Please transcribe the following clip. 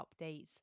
updates